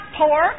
poor